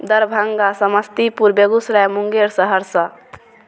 Darbhanga Samastipur Begusarai Munger Saharsa